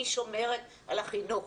היא שומרת על החינוך.